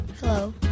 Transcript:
Hello